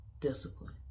discipline